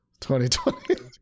2020